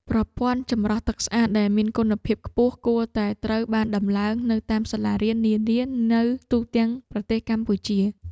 ប្រព័ន្ធចម្រោះទឹកស្អាតដែលមានគុណភាពខ្ពស់គួរតែត្រូវបានដំឡើងនៅតាមសាលារៀននានានៅទូទាំងប្រទេសកម្ពុជា។